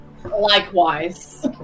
Likewise